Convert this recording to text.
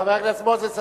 חבר הכנסת מוזס,